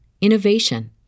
innovation